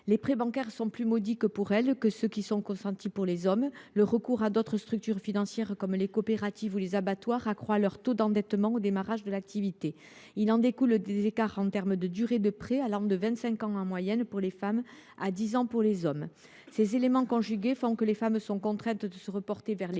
les prêts bancaires sont plus modiques pour les femmes que pour les hommes. Le recours à d’autres structures financières, comme les coopératives ou les abattoirs, accroît leur taux d’endettement au démarrage de l’activité. Il en découle des écarts en termes de durée de prêts : en moyenne, vingt cinq ans pour les femmes et dix ans pour les hommes. Ces éléments conjugués font que les femmes sont contraintes de se reporter vers de